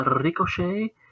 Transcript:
Ricochet